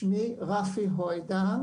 שמי רפי הוידה,